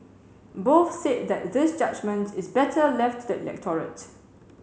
both said that this judgement is better left to the electorate